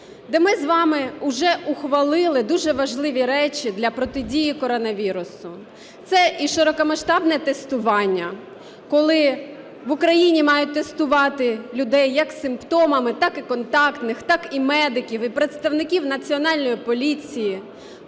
де ми з вами уже ухвалили дуже важливі речі для протидії коронавірусу. Це і широкомасштабне тестування, коли в Україні мають тестувати людей як з симптомами, так і контактних, так і медиків, і представників Національної поліції.